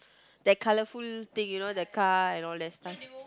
that colorful thing you know that car and all that stuff